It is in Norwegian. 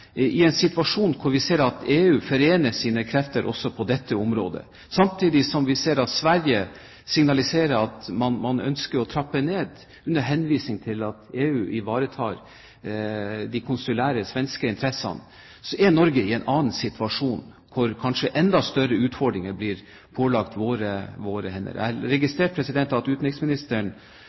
i en situasjon hvor vi ser at EU forener sine krefter på dette området. Samtidig som vi ser at Sverige signaliserer at man ønsker å trappe ned, under henvisning til at EU ivaretar de konsulære svenske interessene, er Norge i en annen situasjon, hvor kanskje enda større utfordringer blir pålagt våre hender. Jeg registrerte at utenriksministeren